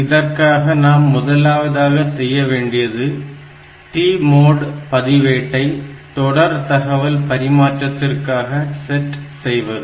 இதற்காக நாம் முதலாவதாக செய்ய வேண்டியது TMOD பதிவேட்டை தொடர் தகவல் பரிமாற்றத்திற்காக செட் செய்வது